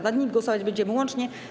Nad nimi głosować będziemy łącznie.